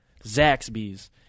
Zaxby's